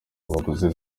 abaguzi